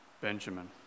Benjamin